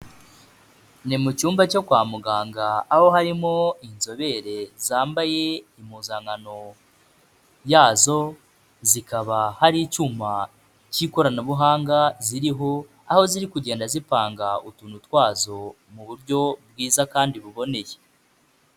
Ni mu cyumba cyo kwa muganga aho harimo inzobere zambaye impuzankano yazo, zikaba hari icyuma cy'ikoranabuhanga ziriho aho ziri kugenda zipanga utuntu twazo mu buryo bwiza kandi buboneye.